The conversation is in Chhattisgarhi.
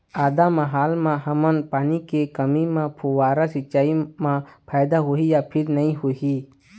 आदा मे हाल मा हमन पानी के कमी म फुब्बारा सिचाई मे फायदा होही या फिर नई होही?